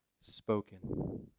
spoken